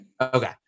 Okay